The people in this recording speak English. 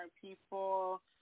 people